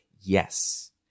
yes